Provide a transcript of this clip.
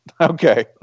Okay